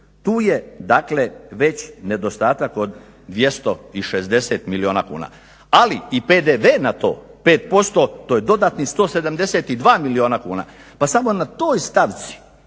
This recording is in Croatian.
dakle već nedostatak od 260 milijuna kuna. Ali i PDV na to 5%, to je dodatnih 172 milijuna kuna. Pa samo na toj stavci